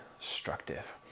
destructive